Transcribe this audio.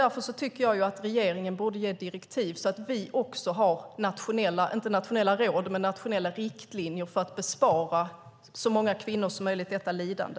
Därför tycker jag att regeringen borde ge direktiv så att vi har nationella riktlinjer för att bespara så många kvinnor som möjligt detta lidande.